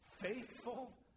faithful